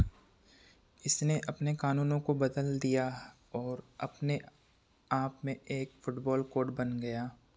इसने अपने कानूनों को बदल दिया और अपने आप में एक फुटबॉल कोड बन गया